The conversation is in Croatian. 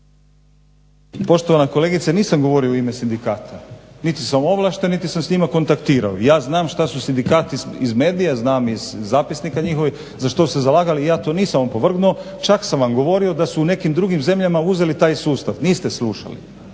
Poštovana kolegice, nisam govorio u ime sindikata, niti sam ovlašten, niti sam s njima kontaktirao. Ja znam šta su sindikati iz medija, znam iz zapisnika njihovih za što su se zalagali i ja to nisam opovrgnuo, čak sam vam govorio da su u nekim drugim zemljama uzeli taj sustav. Niste slušali.